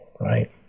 right